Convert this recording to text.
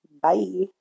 bye